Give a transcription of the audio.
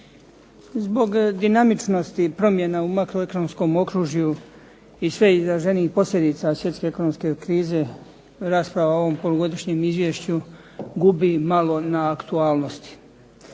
Zbog dinamičnosti promjena u makroekonomskog okružju i sve izraženijih posljedica svjetske ekonomske krize rasprava o ovom polugodišnjem izvješću gubi malo na aktualnosti.